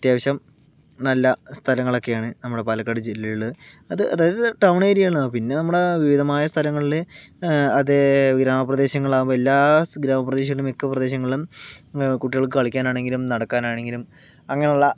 അത്യാവശ്യം നല്ല സ്ഥലങ്ങളൊക്കെയാണ് നമ്മുടെ പാലക്കാട് ജില്ലയിൽ ഉള്ളത് അത് അതായത് ടൗൺ ഏരിയയാണ് പിന്നെ നമ്മുടെ വിവിധമായ സ്ഥലങ്ങളിൽ അതേ ഗ്രാമ പ്രദേശങ്ങളാകുമ്പോൾ എല്ലാ ഗ്രാമ പ്രദേശങ്ങളിൽ മിക്ക പ്രദേശങ്ങളും കുട്ടികൾക്ക് കളിക്കാനാണെങ്കിലും നടക്കാനാണെങ്കിലും അങ്ങനെയുള്ള